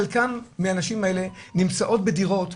חלקן מהנשים האלה נמצאות בדירות,